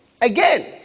again